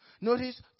Notice